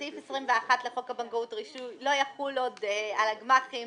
סעיף 21 לחוק הבנקאות (רישוי) לא יחול עוד על הגמ"חים,